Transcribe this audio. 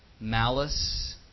Malice